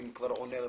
האם כבר עונה על